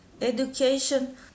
education